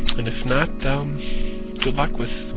and if not, good luck with